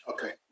Okay